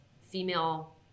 female